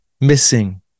missing